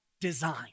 design